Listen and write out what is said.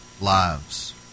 lives